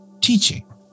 teaching